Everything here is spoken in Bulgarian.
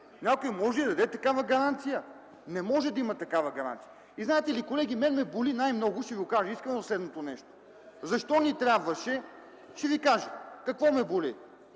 Някой може ли да даде такава гаранция? Не може да има такава гаранция. И знаете ли, колеги, мен ме боли най-много и ще ви кажа искрено следното нещо. (Реплики от ГЕРБ.) Ще ви кажа какво ме боли.